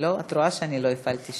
לא, את רואה שאני לא הפעלתי שעון.